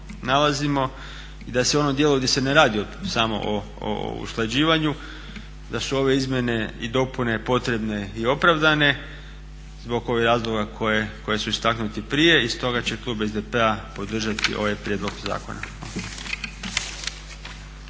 da se u onom dijelu gdje se ne radi samo o usklađivanju da su ove izmjene i dopune potrebne i opravdane zbog ovih razloga koji su istaknuti prije i stoga će klub SDP-a podržati ovaj prijedlog zakona.